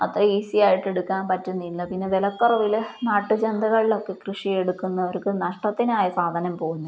അത്ര ഈസിയായിട്ട് എടുക്കാൻ പറ്റുന്നില്ല പിന്നെ വിലക്കുറവില് നാട്ടു ചന്തകളിലൊക്കെ കൃഷിയെടുക്കുന്നവർക്കു നഷ്ടത്തിനാണു സാധനം പോകുന്നത്